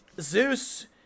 Zeus